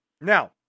now